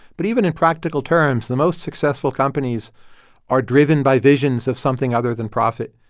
but even in practical terms, the most successful companies are driven by visions of something other than profit.